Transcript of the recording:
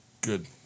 good